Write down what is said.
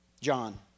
John